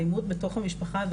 אלימות בתוך המשפחה.